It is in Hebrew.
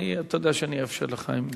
אתה יודע שאני אאפשר לך אם,